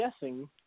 guessing